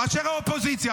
מאשר באופוזיציה,